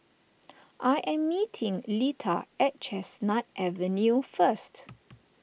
I am meeting Leitha at Chestnut Avenue first